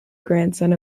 grandson